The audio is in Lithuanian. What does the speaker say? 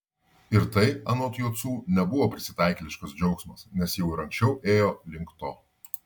ir tai anot jocų nebuvo prisitaikėliškas džiaugsmas nes jau ir anksčiau ėjo link to